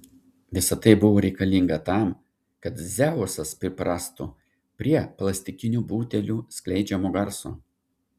visa tai buvo reikalinga tam kad dzeusas priprastų prie plastikinių butelių skleidžiamo garso